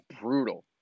brutal